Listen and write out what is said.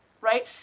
right